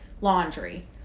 laundry